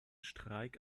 streik